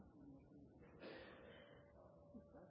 Vi må